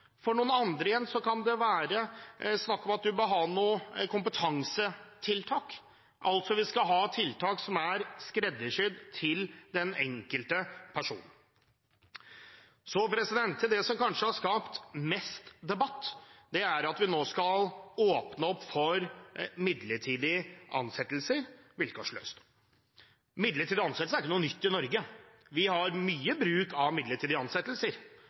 om noen kompetansetiltak. Vi skal altså ha tiltak som er skreddersydd til den enkelte person. Så til det som kanskje har skapt mest debatt. Det er at vi nå skal åpne for midlertidige ansettelser vilkårsløst. Midlertidige ansettelser er ikke noe nytt i Norge. Vi har mye bruk av midlertidige ansettelser,